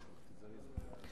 אני מרשה לעצמי לדבר גם בלי השר.